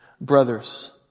brothers